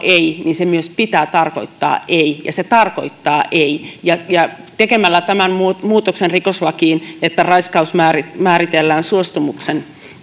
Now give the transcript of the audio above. ei sen myös pitää tarkoittaa ei ja se tarkoittaa ei tekemällä tämän muutoksen rikoslakiin että raiskaus määritellään suostumuksen